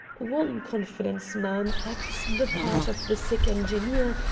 one confidence man acts the part of the sick engineer,